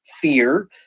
fear